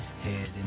Head